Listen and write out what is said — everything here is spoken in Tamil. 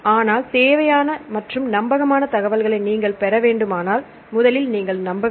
ஆனால் தேவையானமற்றும் நம்பகமான தகவல்களையும் நீங்கள் பெற வேண்டுமானால் முதலில் நீங்கள் நம்ப வேண்டும்